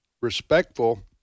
respectful